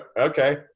Okay